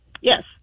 Yes